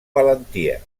valentia